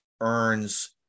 earns